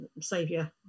saviour